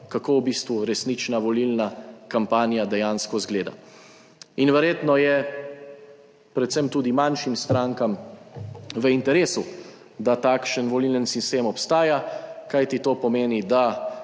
kako v bistvu resnična volilna kampanja dejansko izgleda in verjetno je predvsem tudi manjšim strankam v interesu, da takšen volilni sistem obstaja, kajti to pomeni, da